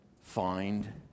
find